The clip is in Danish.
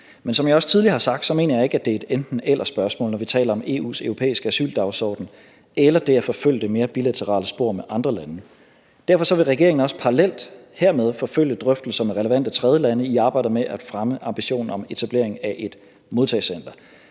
Men som jeg også tidligere har sagt, mener jeg ikke, at det er et enten-eller-spørgsmål, når vi taler om EU's europæiske asyldagsordenen eller det at forfølge det mere bilaterale spor med andre lande. Derfor vil regeringen også parallelt hermed forfølge drøftelser med relevante tredjelande i arbejdet med at fremme ambitionen om etablering af et modtagecenter.